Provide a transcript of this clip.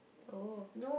oh